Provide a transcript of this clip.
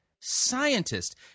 scientist